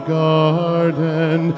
garden